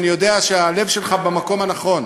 ואני יודע שהלב שלך במקום הנכון.